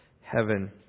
heaven